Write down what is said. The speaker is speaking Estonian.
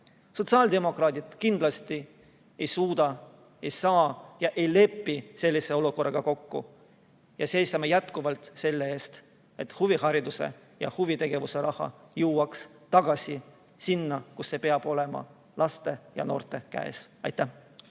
Sotsiaaldemokraadid kindlasti ei lepi sellise olukorraga. Me seisame jätkuvalt selle eest, et huvihariduse ja huvitegevuse raha jõuaks tagasi sinna, kuhu see peab jõudma: laste ja noorte kätte. Aitäh!